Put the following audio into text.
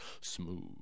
Smooth